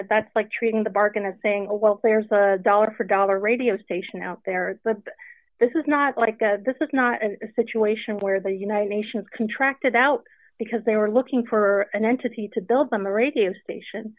that that's like treating the bargain and saying well there's a dollar for dollar radio station out there but this is not like this is not a situation where the united nations contract it out because they were looking for an entity to build them a radio station